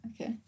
Okay